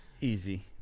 Easy